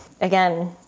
again